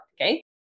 Okay